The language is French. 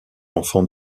enfants